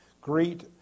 Greet